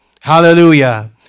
Hallelujah